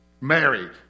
married